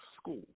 school